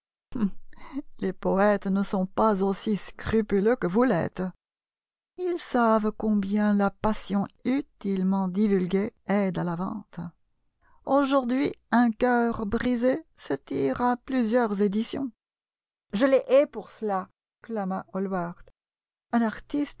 les poètes ne sont pas aussi scrupuleux que vous l'êtes ils savent combien la passion utilement divulguée aide à la vente aujourd'hui un cœur brisé se tire à plusieurs éditions je les hais pour cela clama hallward un artiste